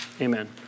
amen